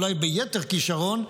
אולי ביתר כישרון,